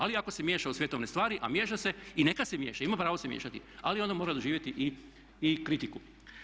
Ali ako se miješa u svjetovne stvari, a miješa se i neka se miješa, ima pravo se miješati ali onda mora doživjeti i kritiku.